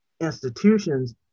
institutions